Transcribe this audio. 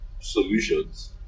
solutions